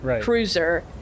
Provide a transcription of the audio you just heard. cruiser